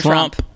Trump